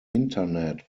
internet